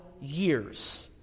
years